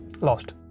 lost